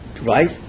right